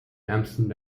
ärmsten